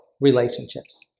relationships